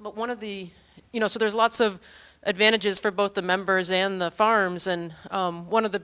but one of the you know so there's lots of advantages for both the members and the farms and one of the